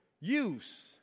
use